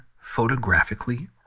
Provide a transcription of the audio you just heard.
photographically